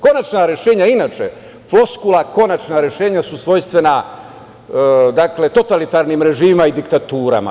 Konačna rešenja, inače, floskula "konačna rešenja" su svojstvena totalitarnim režimima i diktaturama.